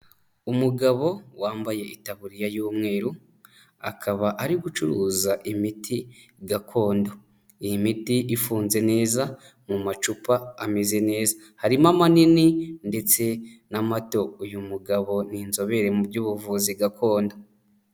Umugabo wambaye itaburiya y'umweru, akaba ari gucuruza imiti gakondo, iyi miti ifunze neza mu macupa ameze neza, harimo amanini ndetse n'amato, uyu mugabo ni inzobere mu by'ubuvuzi gakondo.